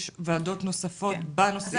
יש עוד וועדות נוספות בנושאים האלה.